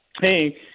Hey